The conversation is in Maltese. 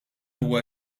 huwa